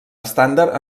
estàndard